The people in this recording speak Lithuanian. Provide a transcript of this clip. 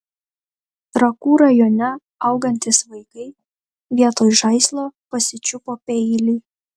trakų rajone augantys vaikai vietoj žaislo pasičiupo peilį